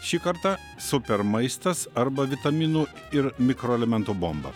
šį kartą super maistas arba vitaminų ir mikroelementų bomba